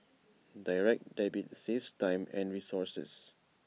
Direct Debit saves time and resources